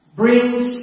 brings